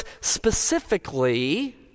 specifically